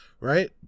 right